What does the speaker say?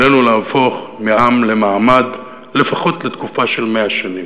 עלינו להפוך מעם למעמד, לפחות לתקופה של 100 שנים.